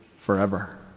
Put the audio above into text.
forever